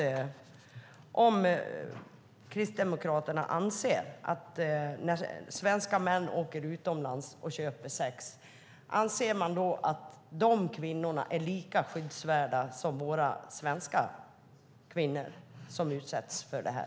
Anser Kristdemokraterna att de kvinnor som svenska män åker utomlands och köper sex av är lika skyddsvärda som de svenska kvinnor som utsätts för detta?